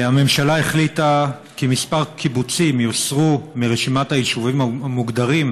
הממשלה החליטה כי כמה קיבוצים יוסרו מרשימת היישובים המוגדרים